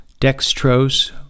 dextrose